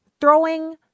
throwing